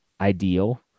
ideal